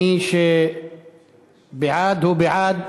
מי שבעד הוא בעד